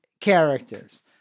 characters